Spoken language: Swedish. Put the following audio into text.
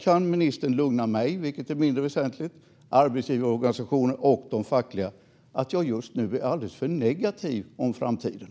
Kan ministern lugna mig, vilket är mindre väsentligt, arbetsgivarorganisationer och fackliga organisationer med att jag just nu är alldeles för negativ om framtiden?